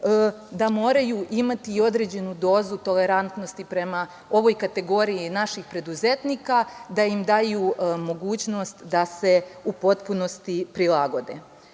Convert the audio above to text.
tim moraju imati određenu dozu tolerantnosti prema ovoj kategoriji naših preduzetnika, da im daju mogućnost da se u potpunosti prilagode.